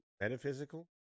metaphysical